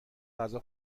غذا